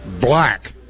black